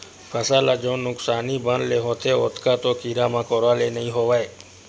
फसल ल जउन नुकसानी बन ले होथे ओतका तो कीरा मकोरा ले नइ होवय